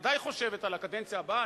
שבוודאי חושבת על הקדנציה הבאה,